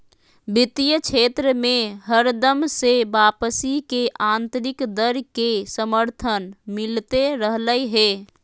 वित्तीय क्षेत्र मे हरदम से वापसी के आन्तरिक दर के समर्थन मिलते रहलय हें